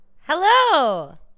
hello